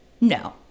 no